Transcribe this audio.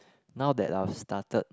now that I've started